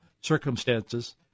circumstances